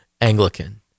Anglican